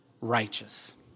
righteous